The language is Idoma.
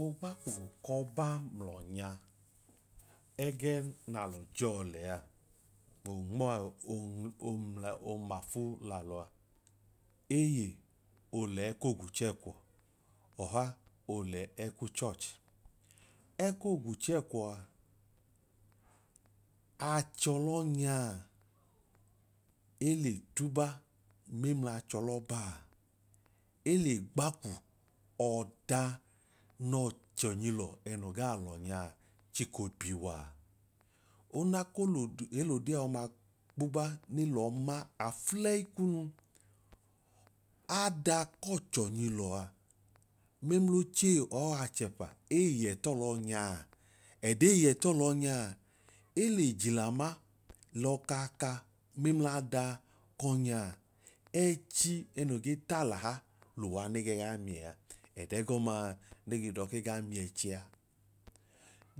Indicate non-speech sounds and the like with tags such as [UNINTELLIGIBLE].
Oogbaku k'ọba ml'ọnya ẹgẹ naalọ jọọ lẹa onma [UNINTELLIGIBLE] oomafu l'alọ a, eye oolẹ ẹk'ogwuchẹẹkwọ ọha oolẹ ẹẹku church. Ẹkoo gwuchẹẹkwọa achọlọnyaa ele tuba mẹml'achọlọbaa, ele gbakwu ọda n'ọchọnyilọnoo gaa l'ọnyaa chiko biwaa. Una ko lod elodee ọma kpoba ne lọọ ma afulẹyi kunu ada k'ọchọnyilọa mẹml'ochei or achẹpa eyiyẹ tọọlọnyaa ẹdei yẹ t'ọọlọnyaa ele jila ma l'ọka ka mẹml'ada k'ọnyaa ẹchi ẹnoo getalaha luwa ne gee ga miẹ a. Ẹdẹgọmaa ne ge dọọ kee gaa miẹchi a.